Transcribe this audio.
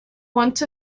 want